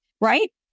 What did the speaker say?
Right